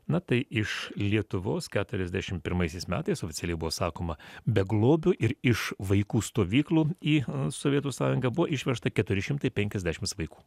na tai iš lietuvos keturiasdešimt pirmaisiais metais oficialiai buvo sakoma beglobių ir iš vaikų stovyklų į sovietų sąjungą buvo išvežta keturi šimtai penkiasdešimts vaikų